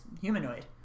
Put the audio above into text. humanoid